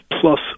plus